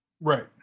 Right